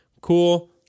Cool